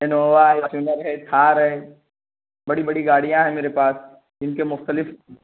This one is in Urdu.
انووا ہے تھار ہے بڑی بڑی گاڑیاں ہیں میرے پاس جن کے مختلف